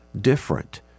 different